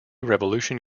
revolution